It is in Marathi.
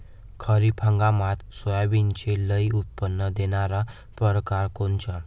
खरीप हंगामात सोयाबीनचे लई उत्पन्न देणारा परकार कोनचा?